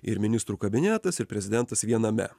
ir ministrų kabinetas ir prezidentas viename